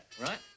Right